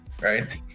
right